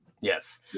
Yes